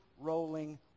rolling